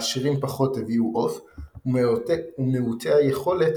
עשירים פחות הביאו עוף ומעוטי היכולת